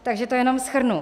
Takže to jenom shrnu.